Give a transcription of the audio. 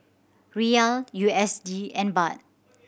Riyal U S D and Baht